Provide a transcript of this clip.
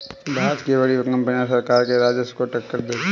भारत की बड़ी कंपनियां सरकार के राजस्व को टक्कर देती हैं